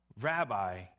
Rabbi